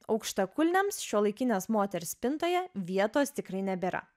aukštakulniams šiuolaikinės moters spintoje vietos tikrai nebėra